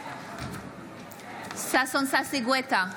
בעד ששון ששי גואטה,